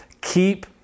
keep